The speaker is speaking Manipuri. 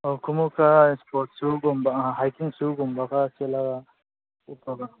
ꯑꯧ ꯈꯣꯡꯎꯞ ꯈꯔ ꯏꯁꯄꯣꯔꯠ ꯁꯨꯒꯨꯝꯕ ꯍꯥꯏꯀꯤꯡ ꯁꯨꯒꯨꯝꯕ ꯈꯔ ꯁꯦꯠꯂꯒ ꯎꯞꯄꯒ